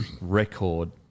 record